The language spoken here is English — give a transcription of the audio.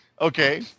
Okay